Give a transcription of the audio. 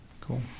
cool